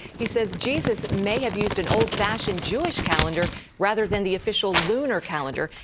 he says jesus may have used an old fashioned jewish calendar rather than the official lunar calendar.